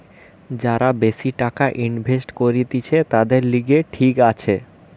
যারা বেশি টাকা ইনভেস্ট করতিছে, তাদের লিগে ঠিক আছে